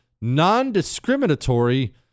non-discriminatory